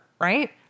Right